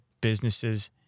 businesses